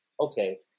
okay